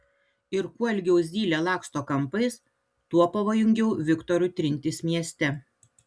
ir kuo ilgiau zylė laksto kampais tuo pavojingiau viktorui trintis mieste